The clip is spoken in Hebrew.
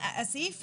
זאת זכות בסיסית.